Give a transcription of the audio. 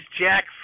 Jack